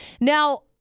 Now